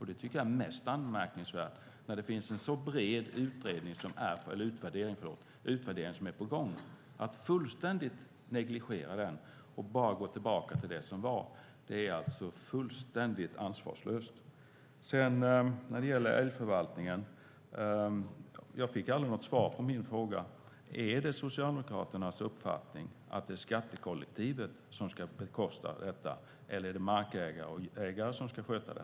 Att fullständigt negligera en bred utredning som är på gång och bara gå tillbaka till det som var tycker jag är högst anmärkningsvärt och fullständigt ansvarslöst. Jag fick aldrig något svar på min fråga om älgförvaltningen. Är det Socialdemokraternas uppfattning att det är skattekollektivet som ska bekosta detta eller är det markägare och jägare som ska sköta det?